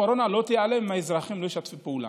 הקורונה לא תיעלם אם האזרחים לא ישתפו פעולה.